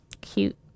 Cute